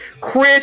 Chris